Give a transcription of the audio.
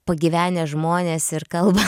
pagyvenę žmonės ir kalba